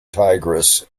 tigris